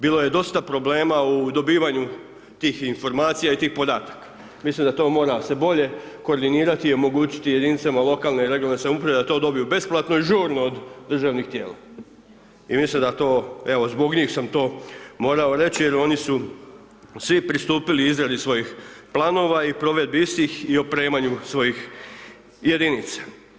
Bilo je dosta problema u dobivanju tih informacija i tih podataka, mislim da to mora se bolje koordinirati i omogućiti se jedinicama lokalne i regionalne samouprave da to dobiju besplatno i žurno od državnih tijela i mislim da to, evo zbog njih sam to morao reći jer oni su svi pristupili izradi svojih planova i provedbi istih i opremanju svojih jedinica.